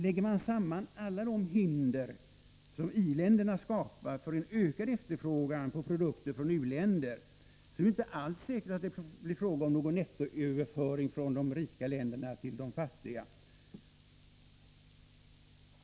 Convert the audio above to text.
Lägger man samman alla de hinder som i-länderna skapar för en ökad efterfrågan på produkter från u-länderna, så är det inte alls säkert att det blir fråga om någon nettoöverföring från de rika länderna till de fattiga.